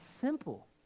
simple